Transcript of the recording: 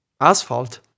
asphalt